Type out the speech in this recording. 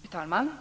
Fru talman!